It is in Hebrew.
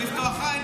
לא לפתוח עין,